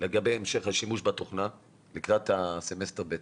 לגבי המשך השימוש בתוכנה לקראת סמסטר ב'.